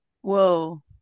Whoa